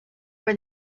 for